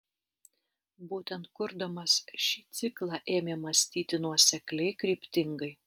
būtent kurdamas šį ciklą ėmė mąstyti nuosekliai kryptingai